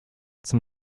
zum